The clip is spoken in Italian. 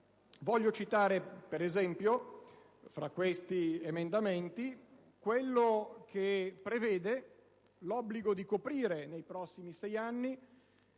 Voglio citare, per esempio, fra questi emendamenti, quello che prevede l'obbligo di coprire nei prossimi sei anni